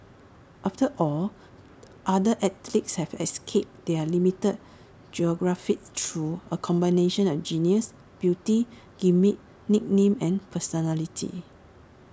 after all other athletes have escaped their limited geographies through A combination of genius beauty gimmick nickname and personality